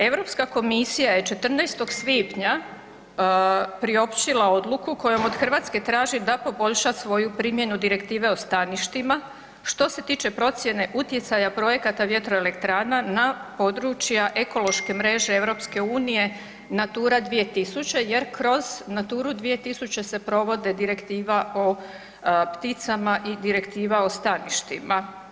Europska komisija je 14. svibnja priopćila odluku kojom od Hrvatske traži da poboljša svoju primjenu Direktive o staništima, što se tiče procijene utjecaja projekata vjertroelektrana na područja ekološke mreže EU Natura 2000 jer kroz Naturu 2000 se provode Direktiva o pticama i Direktiva o staništima.